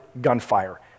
gunfire